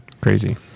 Crazy